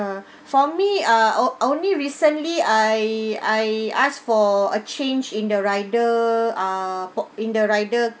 for me ah o~ only recently I I asked for a change in the rider ah po~ in the rider